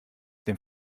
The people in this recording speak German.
den